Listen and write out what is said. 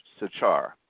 sachar